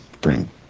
bring